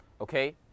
Okay